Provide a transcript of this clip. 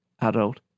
adult